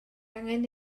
angen